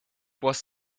was